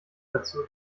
dazu